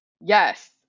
Yes